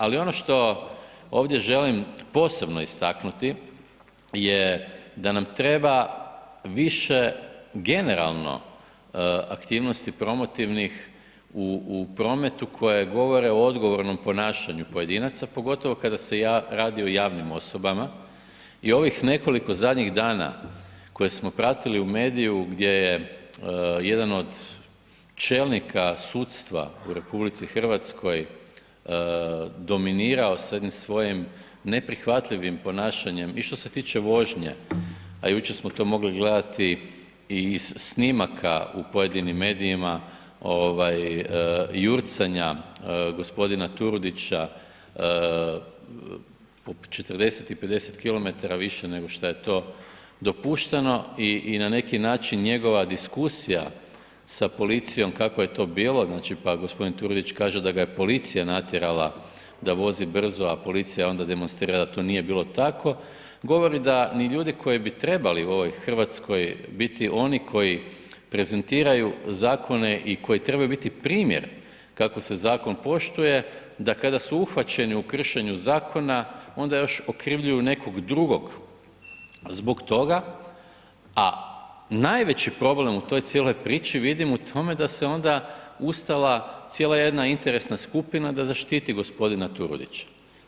Ali ono što ovdje želim posebno istaknuti je da nam treba više generalno aktivnosti promotivnih u prometu koje govore o odgovornom ponašanju pojedinaca, pogotovo kada se radi o javnim osobama i ovih nekoliko zadnjih dana koje smo pratili u mediju gdje je jedan od čelnika sudstva u RH dominirao sa jednim svojim neprihvatljivim ponašanjem i što se tiče vožnje, a jučer smo to mogli gledati i iz snimaka u pojedinim medijima, jurcanja g. Turudića po 40 i 50 km/h više nego šta je to dopušteno i na neki način njegova diskusija sa policijom kako je to bilo, znači pa g. Turudić kaže da ga je policija natjerala da vozi brzo, a policija je onda demonstrirala da to nije bilo tako, govori da ni ljudi koji bi trebali u ovoj RH biti oni koji prezentiraju zakone i koji trebaju biti primjer kako se zakon poštuje, da kada su uhvaćeni u kršenju zakona, onda još okrivljuju nekog drugog zbog toga, a najveći problem u toj cijeloj priči vidim u tome da se onda ustala cijela jedna interesna skupina da zaštiti g. Turudića.